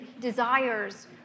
desires